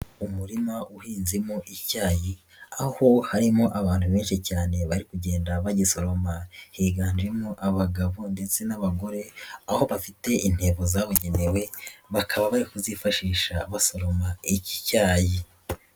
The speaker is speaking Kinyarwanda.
Umurima uhinzemo icyayi, aho harimo abantu benshi cyane bari kugenda bagisoroma, higanjemo abagabo ndetse n'abagore, aho bafite intebo zabugenewe, bakaba bari kuzifashisha basoroma iki cyayi.